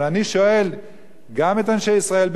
אבל אני שואל גם את אנשי ישראל ביתנו,